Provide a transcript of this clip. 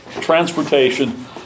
transportation